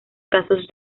casos